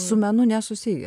su menu nesusiję